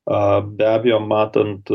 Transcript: a be abejo matant